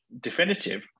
definitive